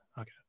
Okay